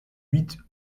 huit